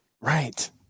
Right